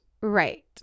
Right